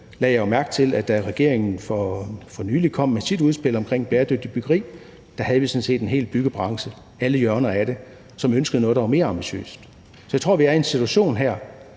jeg jo mærke til, at da regeringen for nylig kom med sit udspil om bæredygtigt byggeri, havde vi sådan set en hel byggebranche – alle hjørner af den – som ønskede noget, der var mere ambitiøst. Så jeg tror, vi er i en situation her,